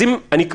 אם,